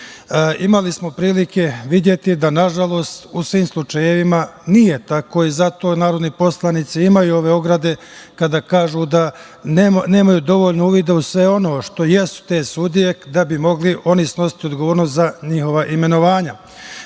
smo prilike videti, da na žalost, u svim slučajevima nije tako i zato narodni poslanici imaju ove ograde kada kažu da nemaju dovoljno uvida u sve ono što jeste sudija, da bi mogli snositi odgovornost za njihova imenovanja,